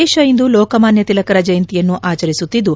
ದೇಶ ಇಂದು ಲೋಕಮಾನ್ಯ ತಿಲಕರ ಜಯಂತಿನ್ನೂ ಆಚರಿಸುತ್ತಿದ್ದು